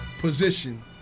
position